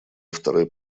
второй